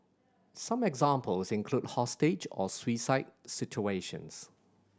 some examples include hostage or suicide situations